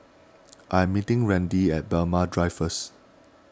I am meeting Randi at Braemar Drive first